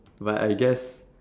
but I guess